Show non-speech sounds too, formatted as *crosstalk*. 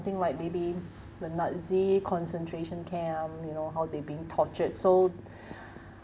something like maybe the nazi concentration camp you know how they're being tortured so *breath*